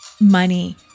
money